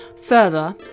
Further